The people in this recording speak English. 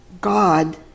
God